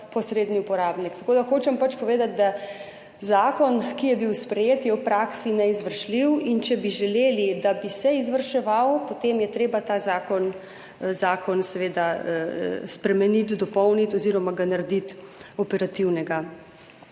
posredni uporabnik. Tako da hočem pač povedati, da je zakon, ki je bil sprejet, v praksi neizvršljiv. In če bi želeli, da bi se izvrševal, potem je treba ta zakon seveda spremeniti, dopolniti oziroma ga narediti operativnega.